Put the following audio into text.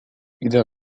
إذا